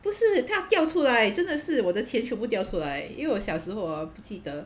不是他掉出来真的是我的钱全部掉出来因为我小时候 hor 不记得